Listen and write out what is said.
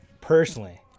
personally